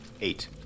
eight